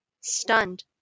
stunned